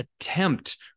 attempt